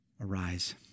arise